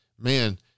man